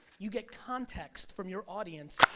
you get context from your audience,